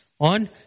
on